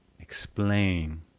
explain